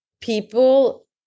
people